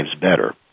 better